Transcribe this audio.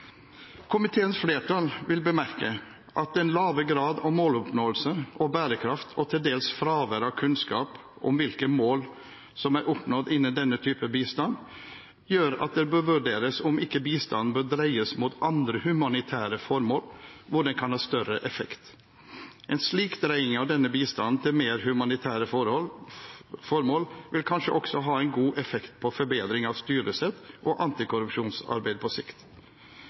Komiteens flertall vil bemerke at den lave graden av måloppnåelse og bærekraft og til dels fravær av kunnskap om hvilke mål som er oppnådd innen denne typen bistand, gjør at det bør vurderes om ikke bistanden bør dreies mot andre humanitære formål hvor den kan ha større effekt. En slik dreiing av denne bistanden til mer humanitære formål vil kanskje også ha en god effekt på forbedring av styresett og antikorrupsjonsarbeid på sikt.